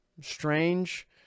strange